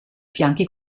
fianchi